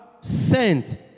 sent